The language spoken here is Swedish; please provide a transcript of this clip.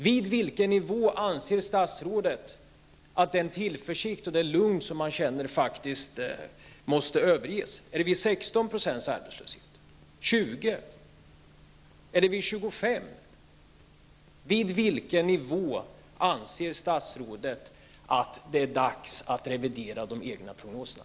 Vid vilken nivå anser statsrådet att den tillförsikt och det lugn som man känner faktiskt måste överges? Är det vid en arbetslöshet på 16 %, 20 % eller vid 25 %? Vid vilken nivå anser statsrådet att det är dags att revidera de egna prognoserna?